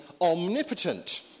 omnipotent